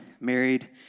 married